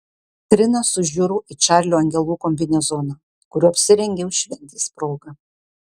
trina sužiuro į čarlio angelų kombinezoną kuriuo apsirengiau šventės proga